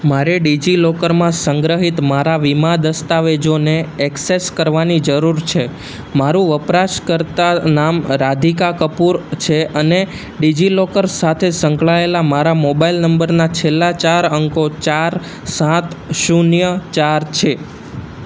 મારે ડિજિલોકરમાં સંગ્રહિત મારા વીમા દસ્તાવેજોને એક્સેસ કરવાની જરૂર છે મારું વપરાશકર્તા નામ રાધિકા કપૂર છે અને ડિજિલોકર સાથે સંકળાએલા મારા મોબાઈલ નંબરના છેલ્લા ચાર અંકો ચાર સાત શૂન્ય ચાર છે